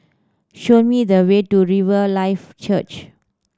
show me the way to Riverlife Church